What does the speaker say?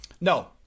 No